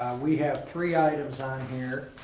we have three items on here.